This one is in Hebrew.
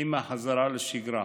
עם החזרה לשגרה.